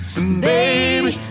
Baby